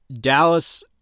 Dallas